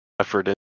effort